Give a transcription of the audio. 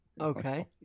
okay